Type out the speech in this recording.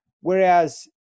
whereas